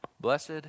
Blessed